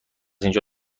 اینجا